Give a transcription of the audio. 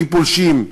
כפולשים.